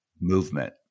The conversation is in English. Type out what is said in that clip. movement